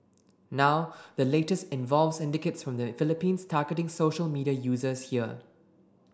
now the latest involves syndicates from the Philippines targeting social media users here